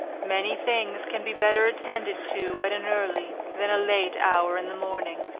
many things can be better attended to at an early, than a late hour in the morning.